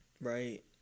right